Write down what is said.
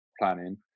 planning